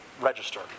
register